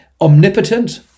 omnipotent